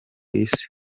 isi